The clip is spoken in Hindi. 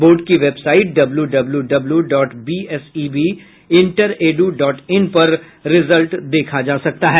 बोर्ड की website W W W dot BSEB interedu dot in पर रिजल्ट देखा जा सकता है